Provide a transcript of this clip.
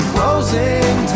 Closing